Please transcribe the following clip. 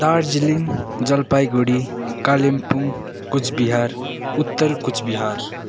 दार्जिलिङ जलपाइगढी कालिम्पोङ कुछबिहार उत्तर कुछबिहार